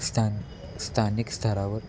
स्थान स्थानिक स्तरावर